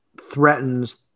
threatens